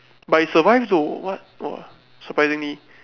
but he survived though what !wah! surprisingly